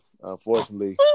unfortunately